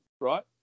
right